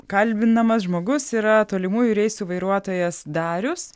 kalbinamas žmogus yra tolimųjų reisų vairuotojas darius